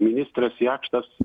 ministras jakštas